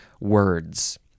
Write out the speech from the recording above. words